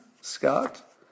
Scott